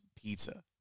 pizza